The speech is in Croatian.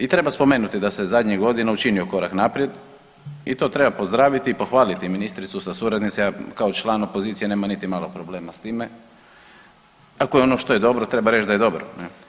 I treba spomenuti da se zadnjih godina učinio korak naprijed i to treba pozdraviti i pohvaliti ministricu za suradnicima, kao član opozicije nemam niti malo problema s time, ako je ono što je dobro treba reći da je dobro.